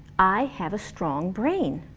i have a strong brain.